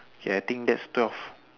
okay I think that's twelve